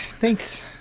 thanks